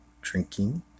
drinking